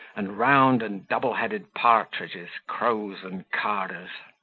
and round and double-headed partridges, crows and carters.